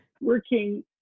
working